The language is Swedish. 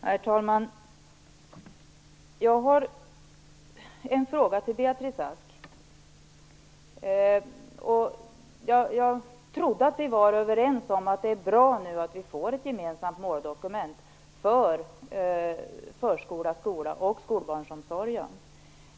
Herr talman! Jag har en fråga till Beatrice Ask. Jag trodde att vi var överens om att det är bra med ett gemensamt måldokument för förskola, skola och skolbarnomsorg.